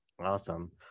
Awesome